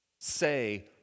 Say